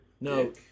No